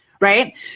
right